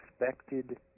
expected